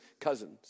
cousins